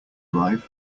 arrive